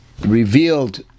revealed